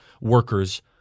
workers